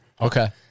okay